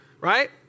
right